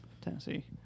Tennessee